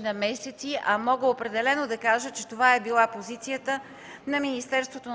на месеци, а мога определено да кажа, че това е била позицията на министерството